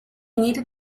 needed